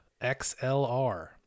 XLR